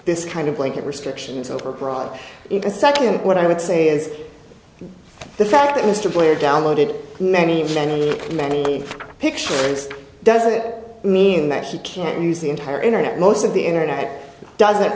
this kind of blanket restriction to her product in a second what i would say is the fact that mr blair downloaded many many many pictures doesn't mean that she can't use the entire internet most of the internet doesn't